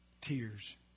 tears